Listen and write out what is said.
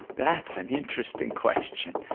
that's an interesting question.